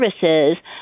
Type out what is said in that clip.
services